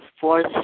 fourth